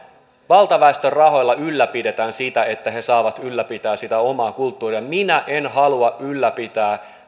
valtaväestön rahoilla ylläpidetään sitä että he saavat ylläpitää sitä omaa kulttuuriaan minä en halua ylläpitää